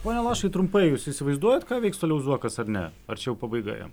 pone lašui trumpai jūs įsivaizduojat ką veiks toliau zuokas ar ne ar čia jau pabaiga jam